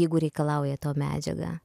jeigu reikalauja to medžiaga